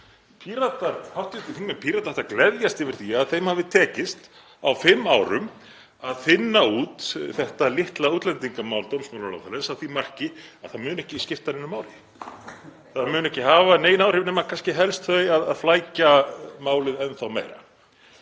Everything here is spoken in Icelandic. Hv. þingmenn Pírata ættu að gleðjast yfir því að þeim hafi tekist á fimm árum að þynna út þetta litla útlendingamál dómsmálaráðherra að því marki að það mun ekki skipta neinu máli. Það mun ekki hafa nein áhrif nema kannski helst þau að flækja málið enn þá meira.